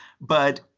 but-